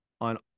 on